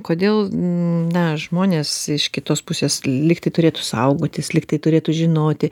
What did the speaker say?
kodėl na žmonės iš kitos pusės lyg tai turėtų saugotis lyg tai turėtų žinoti